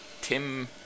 Tim